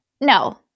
No